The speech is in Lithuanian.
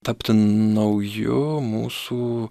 tapti nauju mūsų